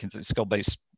skill-based